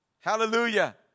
Hallelujah